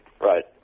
right